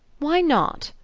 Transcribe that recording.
why not?